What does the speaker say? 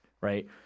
right